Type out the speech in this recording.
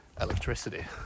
electricity